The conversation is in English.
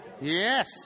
yes